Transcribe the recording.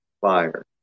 fire